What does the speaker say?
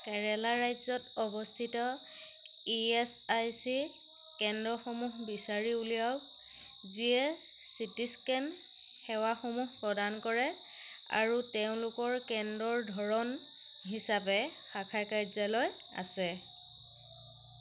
কেৰেলা ৰাজ্যত অৱস্থিত E S I C কেন্দ্ৰসমূহ বিচাৰি উলিয়াওক যিয়ে চি টি স্কেন সেৱাসমূহ প্ৰদান কৰে আৰু তেওঁলোকৰ কেন্দ্ৰৰ ধৰণ হিচাপে শাখা কাৰ্যালয় আছে